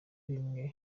bimwa